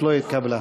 לא נתקבלה.